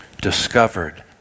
discovered